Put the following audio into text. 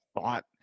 thought